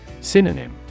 Synonym